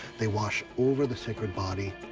they wash over the sacred body.